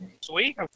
sweet